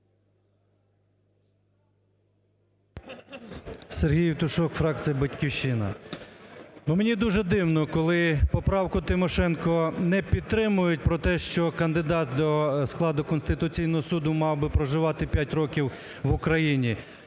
Сергій Євтушок, фракція "Батьківщина". Мені дуже дивно, коли поправку Тимошенка не підтримують про те, що кандидат до складу Конституційного Суду мав би проживати п'ять років в Україні,